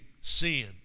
sin